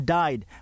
died